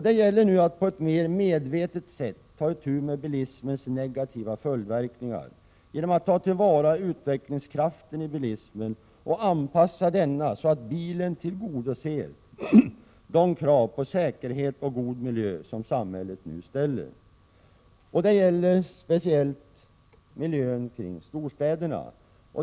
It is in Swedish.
Det gäller nu att på ett mer medvetet sätt än tidigare ta itu med bilismens negativa följdverkningar genom att ta till vara utvecklingskraften i bilismen och anpassa denna, så att bilen tillgodoser de krav på säkerhet och god miljö som samhället nu ställer. Detta gäller speciellt miljön kring storstäderna.